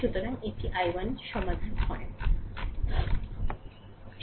সুতরাং এই i1 সমাধান করা হয়